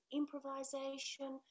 improvisation